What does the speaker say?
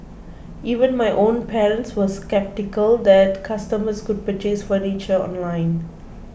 even my own parents were sceptical that customers could purchase furniture online